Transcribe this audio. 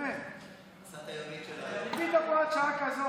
להעביר את הנושא לוועדה לביטחון לאומי נתקבלה.